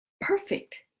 perfect